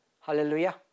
Hallelujah